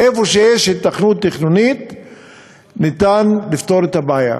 איפה שיש היתכנות תכנונית ניתן לפתור את הבעיה.